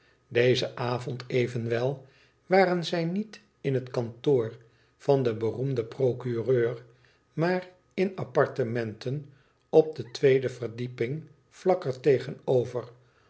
dezen avond evenwel waren zij niet in het kantoor van den beroemden procureur maar in appartementen op de tweede verdieping vlak er tegenover